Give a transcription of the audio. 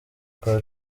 kwa